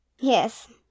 Yes